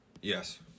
Yes